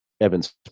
Evan's